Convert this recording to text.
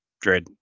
dread